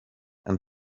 and